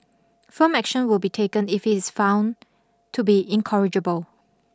firm action will be taken if he is found to be incorrigible